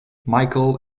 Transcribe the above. micheal